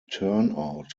turnout